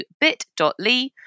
bit.ly